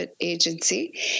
agency